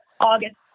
August